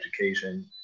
education